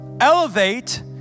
elevate